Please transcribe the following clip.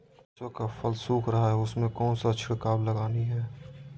सरसो का फल सुख रहा है उसमें कौन सा छिड़काव लगानी है?